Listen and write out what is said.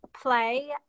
play